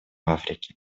африке